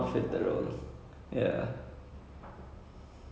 ya he he was like too cool for the role sort of